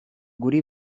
guri